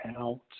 out